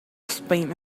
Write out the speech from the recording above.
spain